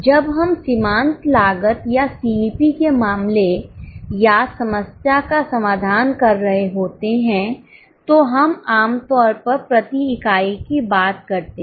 जब हम सीमांत लागत या सीवीपी के मामले या समस्या का समाधान कर रहे होते हैं तो हम आम तौर पर प्रति इकाई की बात करते हैं